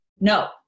No